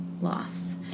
loss